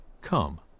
come